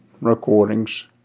recordings